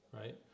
right